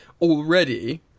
already